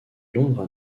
londres